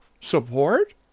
support